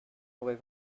aurait